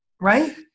right